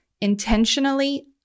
intentionally